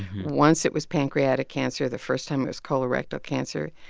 once it was pancreatic cancer. the first time, it was colorectal cancer.